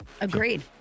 agreed